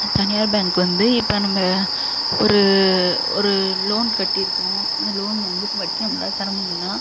தனியார் பேங்க் வந்து இப்போ நம்ப ஒரு ஒரு லோன் கட்டியிருக்கோம் அந்த லோன் வந்து வட்டி நம்மளால் தர முடில்லன்னா